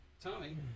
Tommy